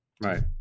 Right